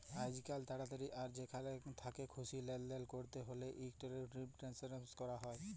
আইজকাল তাড়াতাড়ি আর যেখাল থ্যাকে খুশি লেলদেল ক্যরতে হ্যলে ইলেকটরলিক টেনেসফার ক্যরা হয়